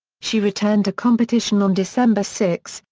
she returned to competition on december six,